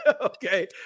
Okay